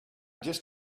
just